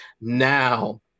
now